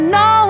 no